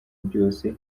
byose